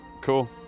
Cool